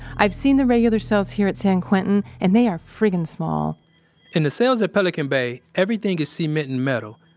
i've seen the regular cells here at san quentin and they are friggin' small in the cells at pelican bay, everything is cement and metal.